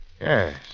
Yes